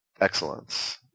excellence